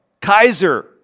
Kaiser